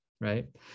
right